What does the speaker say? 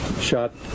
shot